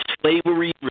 slavery